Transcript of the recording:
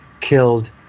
killed